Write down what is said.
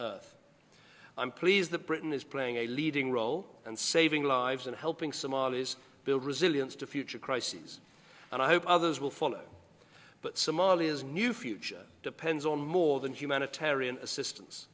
earth i'm pleased that britain is playing a leading role and saving lives and helping somalis build resilience to future crises and i hope others will follow but somalia's new future depends on more than humanitarian assistance